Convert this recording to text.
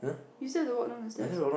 you said to walk down the stairs